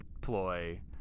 ploy